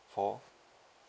for